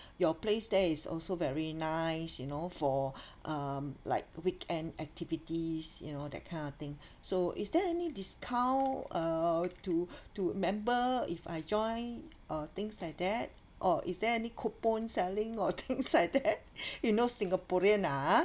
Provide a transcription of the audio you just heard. your place there is also very nice you know for um like weekend activities you know that kind of thing so is there any discount uh to to member if I join uh things like that or is there any coupon selling or things like that you know singaporean ah